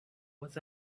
was